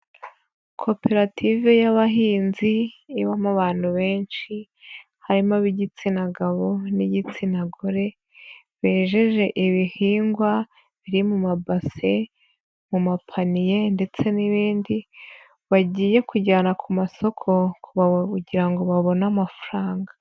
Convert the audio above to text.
Koperative y'abahinzi, ibamo abantu benshi, harimo ab'igitsina gabo n'igitsina gore, bejeje ibihingwa, biri mu mabase, mu mapaniye ndetse n'ibindi, bagiye kujyana ku masoko kugira ngo babone amafaranga.